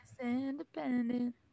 Independent